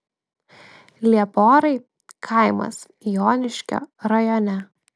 lieporai kaimas joniškio rajone